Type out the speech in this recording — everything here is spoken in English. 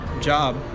job